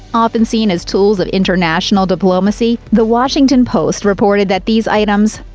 often seen as tools of international diplomacy, the washington post reported that these items,